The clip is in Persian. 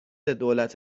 دولت